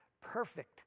Perfect